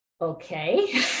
okay